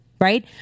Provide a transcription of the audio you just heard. right